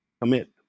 commit